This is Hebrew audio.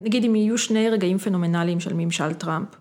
‫נגיד אם יהיו שני רגעים פנומנליים ‫של ממשל טראמפ.